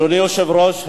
אדוני היושב-ראש,